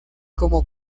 como